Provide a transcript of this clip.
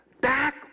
back